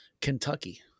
Kentucky